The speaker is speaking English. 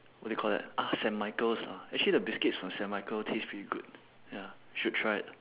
what do you call that ah saint michael's lah actually the biscuits from saint michael taste pretty good ya should try it